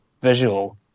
visual